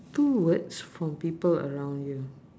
two words from people around you